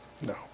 No